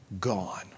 gone